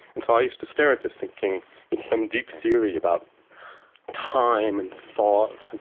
and so i used to stare at this, thinking it's some deep theory about time and thoughts.